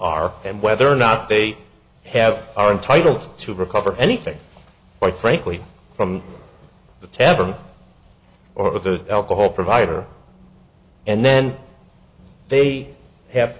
are and whether or not they have are entitled to recover anything quite frankly from the tavern or the alcohol provider and then they have